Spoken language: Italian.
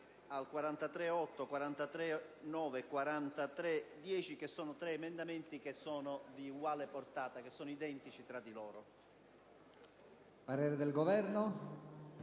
parere del Governo